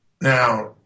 Now